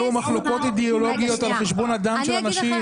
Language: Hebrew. תשמע -- אל תנהלו מחלוקות אידיאולוגיות על חשבון הדם של אנשים.